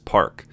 Park